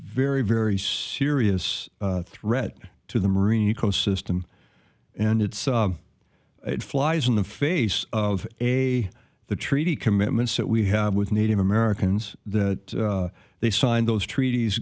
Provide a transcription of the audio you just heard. very very serious threat to the marine ecosystem and it's it flies in the face of a the treaty commitments that we have with native americans that they signed those treaties